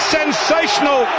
sensational